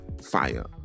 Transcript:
fire